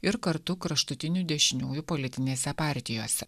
ir kartu kraštutinių dešiniųjų politinėse partijose